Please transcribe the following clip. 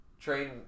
train